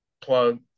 plug